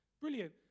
Brilliant